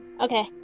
Okay